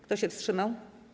Kto się wstrzymał?